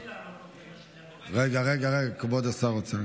תני לי לעלות, רגע, כבוד השר רוצה.